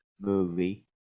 movie